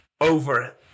over